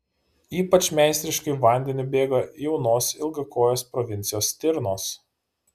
ypač meistriškai vandeniu bėga jaunos ilgakojės provincijos stirnos